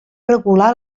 regular